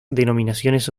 denominaciones